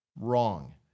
Wrong